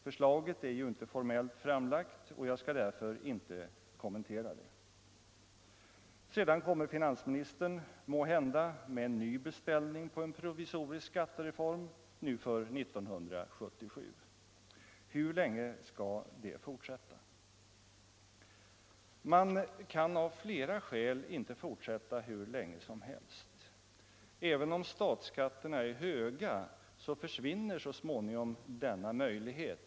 Förslaget är inte formellt framlagt, och jag skall därför inte kommentera det. Sedan kommer finansministern måhända med en ny beställning på en provisorisk skattereform, nu för 1977. Hur länge skall detta fortsätta? Man kan av flera skäl inte fortsätta hur länge som helst. Även om statsskatterna är höga, försvinner så småningom denna möjlighet.